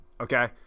Okay